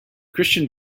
christian